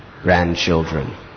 grandchildren